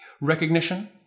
Recognition